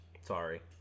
sorry